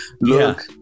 look